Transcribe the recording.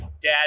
Dad